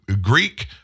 Greek